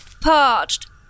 Parched